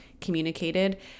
communicated